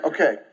Okay